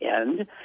end